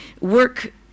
work